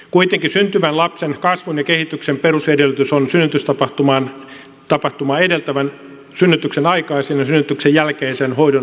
kuitenkin syntyvän lapsen kasvun ja kehityksen perusedellytys on synnytystapahtumaa edeltävän synnytyksen aikaisen ja synnytyksen jälkeisen hoidon hyvä taso